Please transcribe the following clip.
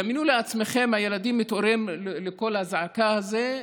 דמיינו לעצמכם: הילדים מתעוררים לקול האזעקה הזו,